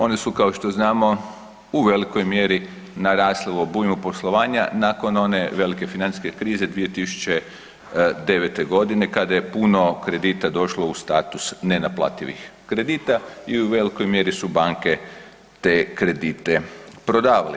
One su kao što znamo u velikoj mjeri narasle u obujmu poslovanja nakon one velike financijske krize 2009.g. kada je puno kredita došlo u status nenaplativih kredita i u velikoj mjeri su banke te kredite prodavale.